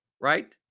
right